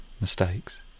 mistakes